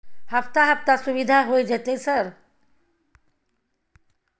हफ्ता हफ्ता सुविधा होय जयते सर?